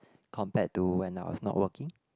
compare to when I was not working